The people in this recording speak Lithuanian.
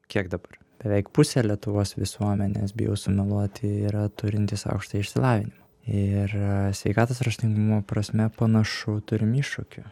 kiek dabar beveik pusė lietuvos visuomenės bijau sumeluoti yra turintys aukštą išsilavinimą ir sveikatos raštingumo prasme panašu turim iššūkį